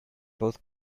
both